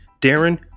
darren